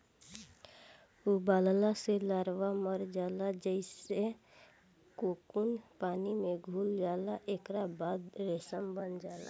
उबालला से लार्वा मर जाला जेइसे कोकून पानी में घुल जाला एकरा बाद रेशम बन जाला